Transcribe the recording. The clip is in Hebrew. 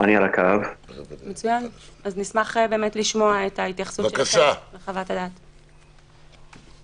אז נשמח לשמוע את ההתייחסות וחוות הדעת שלכם.